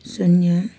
शून्य